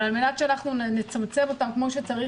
אבל על מנת שאנחנו נצמצם אותם כמו שצריך